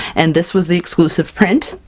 and this was the exclusive print!